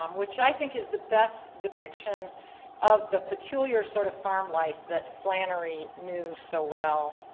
um which i think is the best depiction of the peculiar sort of farm life that flannery knew so well.